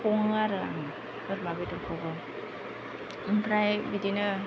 सङो आरो आङो बोरमा बेदरखौबो ओमफ्राय बिदिनो